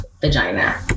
vagina